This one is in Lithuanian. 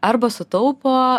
arba sutaupo